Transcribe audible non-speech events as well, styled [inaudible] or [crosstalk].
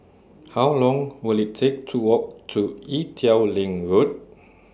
How Long Will IT Take to Walk to Ee Teow Leng Road [noise]